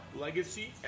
legacy